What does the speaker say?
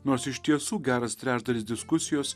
nors iš tiesų geras trečdalis diskusijos